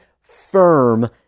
firm